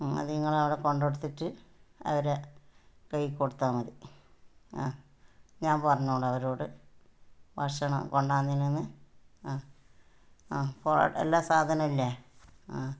ഉം അത് നിങ്ങൾ അവിടെ കൊണ്ടുകൊടുത്തിട്ട് അവരുടെ കയ്യിൽ കൊടുത്താൽ മതി ആ ഞാൻ പറഞ്ഞോളാം അവരോട് ഭക്ഷണം കൊണ്ടോന്നിങ്ങന്ന് ആ ആ കോ എല്ലാ സാധനവും ഇല്ലേ ആ